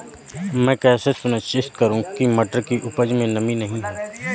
मैं कैसे सुनिश्चित करूँ की मटर की उपज में नमी नहीं है?